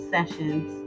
Sessions